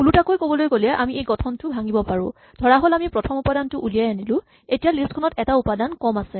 ওলোটাকৈ ক'বলৈ গ'লে আমি এই গঠনটো ভাঙিব পাৰো ধৰাহ'ল আমি প্ৰথম উপাদানটো উলিয়াই আনিলো এতিয়া লিষ্ট খনত এটা উপাদান কম আছে